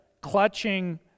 clutching